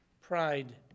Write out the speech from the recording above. pride